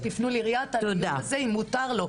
שתפנו לעירייה ולבדוק אם זה בכלל מותר לו.